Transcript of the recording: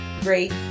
great